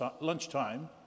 lunchtime